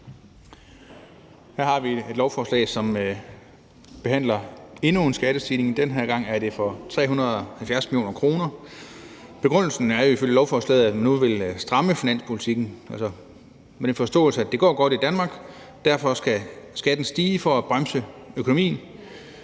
Her har vi et lovforslag, som behandler endnu en skattestigning. Den her gang er det for 370 mio. kr. Begrundelsen er, ifølge lovforslaget, at man nu vil stramme finanspolitikken. Altså, der er en forståelse af, at det går godt i Danmark, og derfor skal skatten stige for at bremse økonomien.